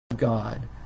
God